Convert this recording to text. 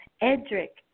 Edric